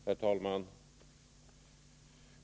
Herr talman!